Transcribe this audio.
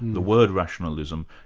the word rationalism,